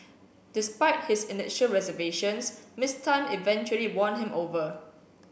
despite his initial reservations Miss Tan eventually won him over